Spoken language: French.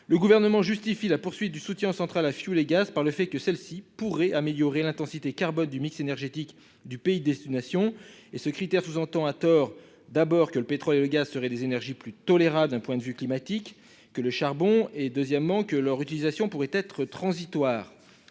Le gouvernement justifie la poursuite du soutien centrale à fioul et gaz par le fait que celle-ci pourrait améliorer l'intensité carbone du mix énergétique du pays, destination et ce critère sous-entend à tort d'abord que le pétrole et le gaz seraient des énergies plus tolérable d'un point de vue climatique que le charbon et deuxièmement que leur utilisation pourrait être transitoire.